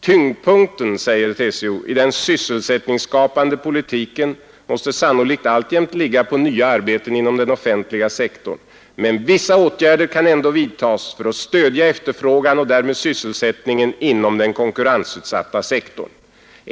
”Tyngdpunkten”, säger TCO, ”i den sysselsättningsskapande politiken måste sannolikt alltjämt ligga på nya arbeten inom den offentliga sektorn, men vissa åtgärder kan ändå vidtas för att stödja efterfrågan och därmed sysselsättningen inom den konkurrensutsatta sektorn.